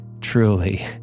truly